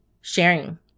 sharing